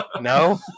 No